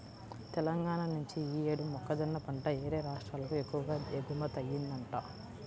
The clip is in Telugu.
తెలంగాణా నుంచి యీ యేడు మొక్కజొన్న పంట యేరే రాష్ట్రాలకు ఎక్కువగా ఎగుమతయ్యిందంట